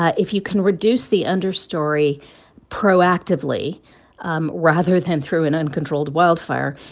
ah if you can reduce the understory proactively um rather than through an uncontrolled wildfire,